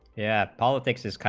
yeah politics is,